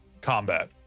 combat